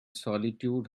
solitude